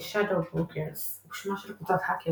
"The Shadow Brokers" הוא שמה של קבוצת האקרים